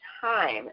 time